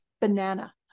banana